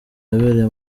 yabereye